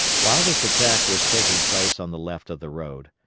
while this attack was taking place on the left of the road,